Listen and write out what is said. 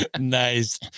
Nice